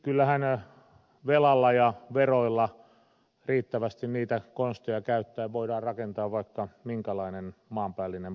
kyllähän velalla ja veroilla riittävästi niitä konsteja käyttäen voidaan rakentaa vaikka minkälainen maanpäällinen paratiisi meille tänne